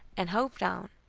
and hoped on.